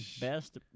Best